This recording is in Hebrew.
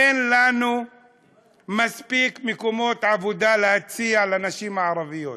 אין לנו מספיק מקומות עבודה להציע לנשים הערביות,